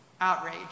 outrage